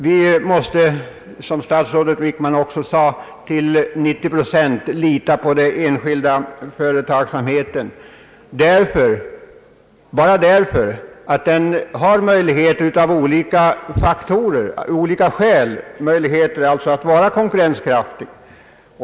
Vi måste, som statsrådet Wickman också sade, till 90 procent lita på den enskilda företagsamheten även i fortsättningen. Anledningen därtill är, att den av olika skäl har möjlighet att vara mest konkurrenskraftig.